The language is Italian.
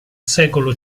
secolo